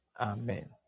Amen